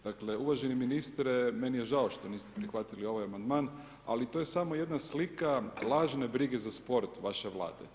Dakle, uvaženi ministre, meni je žao što niste prihvatili ovaj amandman ali to je samo jedna slika lažne brige za sport vaše Vlade.